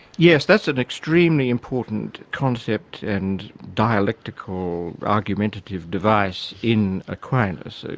yes, that's an extremely important concept and dialectical, argumentative device in aquinas.